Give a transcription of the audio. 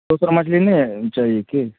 भकुरा मछली नहि चाही की